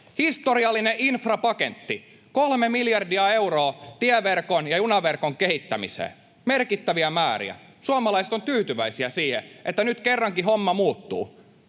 Historiallinen infrapaketti: kolme miljardia euroa tieverkon ja junaverkon kehittämiseen, merkittäviä määriä. Suomalaiset ovat tyytyväisiä siihen, että nyt kerrankin homma muuttuu.